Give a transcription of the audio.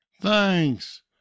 Thanks